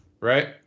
right